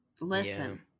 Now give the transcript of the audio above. Listen